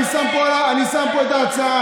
אני שם פה את ההצעה,